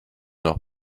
noch